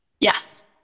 Yes